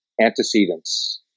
antecedents